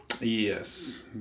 yes